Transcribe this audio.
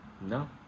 No